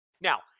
Now